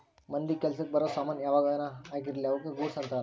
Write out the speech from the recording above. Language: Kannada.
ಮಂದಿಗ ಕೆಲಸಕ್ ಬರೋ ಸಾಮನ್ ಯಾವನ ಆಗಿರ್ಲಿ ಅವುಕ ಗೂಡ್ಸ್ ಅಂತಾರ